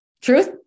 Truth